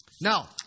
Now